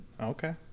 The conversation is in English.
Okay